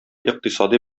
икътисади